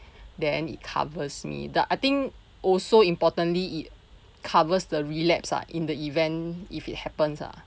then it covers me the I think also importantly it covers the relapse ah in the event if it happens ah